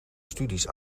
studies